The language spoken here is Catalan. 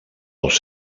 els